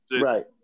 Right